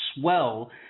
swell